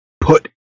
put